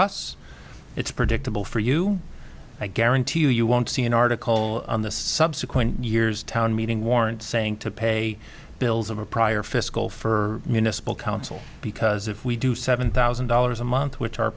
us it's predictable for you i guarantee you you won't see an article on the subsequent years town meeting warrant saying to pay bills of a prior fiscal for municipal council because if we do seven thousand dollars a month which